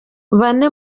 bane